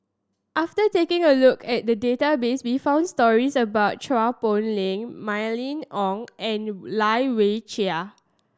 after taking a look at the database we found stories about Chua Poh Leng Mylene Ong and Lai Weijie